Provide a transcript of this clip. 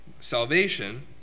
salvation